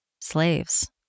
slaves